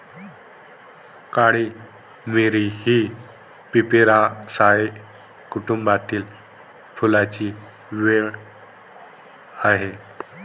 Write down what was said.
काळी मिरी ही पिपेरासाए कुटुंबातील फुलांची वेल आहे